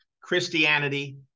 Christianity